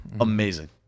amazing